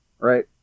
right